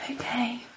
Okay